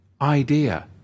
idea